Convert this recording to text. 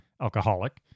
alcoholic